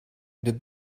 did